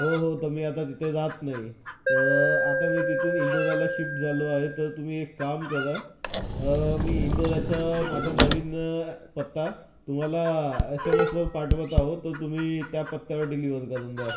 हो हो तर मी आत्ता तिथे राहात नाही तर आता मी तिथून इंदोऱ्याला शिफ्ट झालो आहे तर तुम्ही एक काम करा मी इंदोऱ्याचा माझा नवीन ॲ पत्ता तुम्हाला एस एम एसवर पाठवत आहो तर तुम्ही त्या पत्त्यावर डिलिव्हर करून द्याल